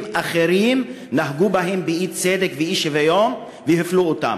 אחרים נהגו בהם באי-צדק ואי-שוויון והפלו אותם.